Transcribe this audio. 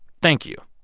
thank you